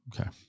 Okay